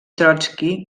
trotski